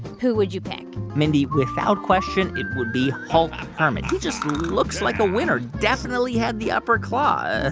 who would you pick? mindy, without question, it would be hulk hermit. he just looks like a winner, definitely had the upper claw.